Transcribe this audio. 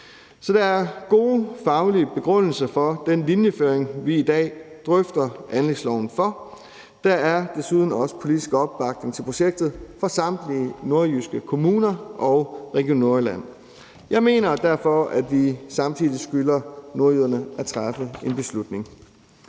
Så der er gode faglige begrundelser for den linjeføring, vi i dag drøfter anlægsloven for. Der er desuden også politisk opbakning til projektet fra samtlige nordjyske kommuner og Region Nordjylland. Jeg mener derfor, at vi samtidig skylder nordjyderne at træffe en beslutning.